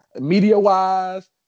Media-wise